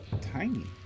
tiny